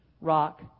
Rock